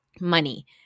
money